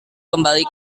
kembali